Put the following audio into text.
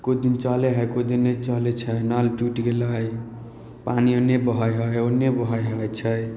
किछु दिन चलै हइ किछु दिन नहि चलै छै नल टुटि गेलै पानी ओन्ने बहै हइ ओन्ने बहै हइ छै